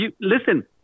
listen